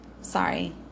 sorry